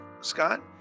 Scott